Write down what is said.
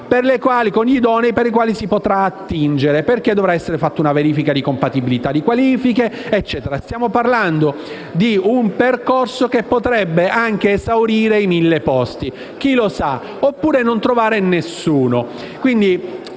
con idonei dalle quali si potrà attingere, perché dovrà essere fatta una verifica della compatibilità delle qualifiche e quant'altro. Stiamo parlando di un percorso che potrebbe anche esaurire i mille posti - chi lo sa? - oppure non trovare nessuno.